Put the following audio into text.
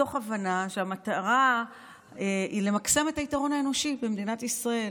מתוך הבנה שהמטרה היא למקסם את היתרון האנושי במדינת ישראל.